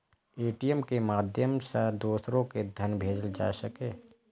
ATM के माध्यम सं दोसरो कें धन भेजल जा सकै छै